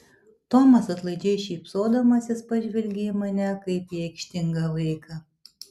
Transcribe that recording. tomas atlaidžiai šypsodamasis pažvelgė į mane kaip į aikštingą vaiką